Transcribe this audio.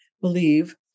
believe